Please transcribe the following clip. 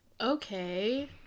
Okay